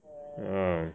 ah